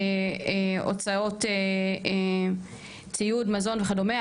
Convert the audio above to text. הוצאות ציוד מזון וכדומה,